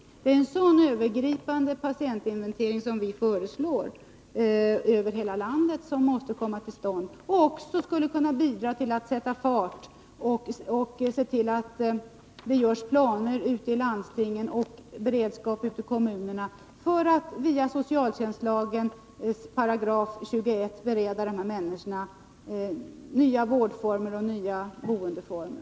Det är sådan övergripande patientinventering som vi föreslår. Den måste komma till stånd över hela landet, och den skulle kunna bidra till att sätta fart på och se till att det görs planer i landstingen och blir en beredskap i kommunerna för att via socialtjänstlagens 21§ bereda dessa människor nya vårdformer och nya boendeformer.